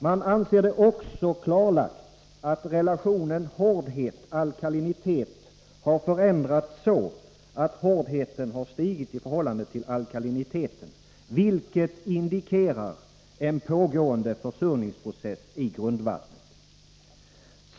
Man anser det också klarlagt, att relationen hårdhet — alkalinitet har förändrats så, att hårdheten har stigit i förhållande till alkaliniteten, vilket indikerar en pågående försurningsprocess i grundvattnet.